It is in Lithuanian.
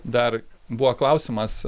dar buvo klausimas